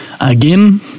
again